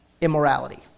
immorality